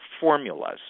formulas